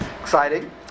Exciting